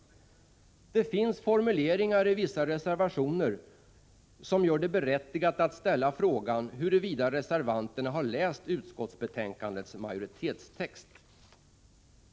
Det finns formuleringar i vissa reservationer som gör det berättigat att ställa frågan huruvida reservanterna har läst utskottsbetänkandets majoritetstext.